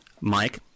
Mike